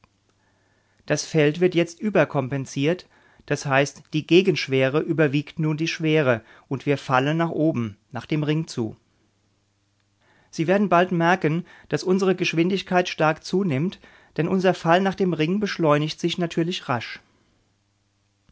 das feld wird jetzt überkompensiert das heißt die gegenschwere überwiegt nun die schwere und wir fallen nach oben nach dem ring zu sie werden bald merken daß unsere geschwindigkeit stark zunimmt denn unser fall nach dem ring beschleunigt sich natürlich rasch